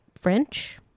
French